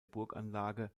burganlage